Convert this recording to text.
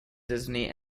disney